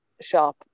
shop